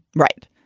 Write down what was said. right?